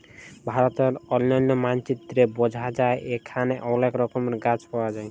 ভারতের অলন্য মালচিত্রে বঝা যায় এখালে অলেক রকমের গাছ পায়া যায়